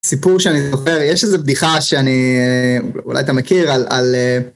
סיפור שאני זוכר, יש איזו בדיחה שאני, אולי אתה מכיר על על...